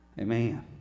Amen